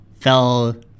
fell